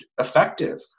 effective